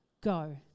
go